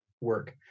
work